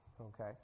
okay